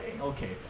Okay